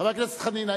חבר הכנסת חנין,